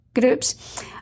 groups